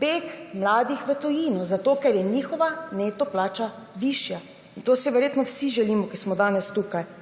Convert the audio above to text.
beg mladih v tujino, zato ker je njihova neto plača višja. To si verjetno vsi želimo, ki smo danes tukaj.